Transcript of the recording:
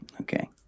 Okay